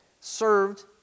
served